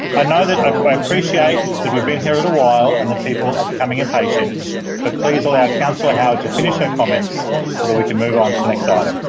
i know that um i appreciate that we have been here a little while and that people are becoming impatient but please allow councillor howard to finish her comments so that we can move on to the next item.